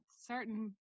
certain